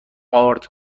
ارد